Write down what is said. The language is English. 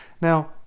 now